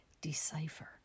decipher